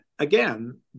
Again